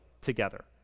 together